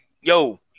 yo